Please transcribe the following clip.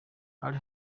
ali